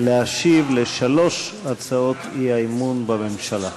להשיב על שלוש הצעות האי-אמון בממשלה.